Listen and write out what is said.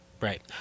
Right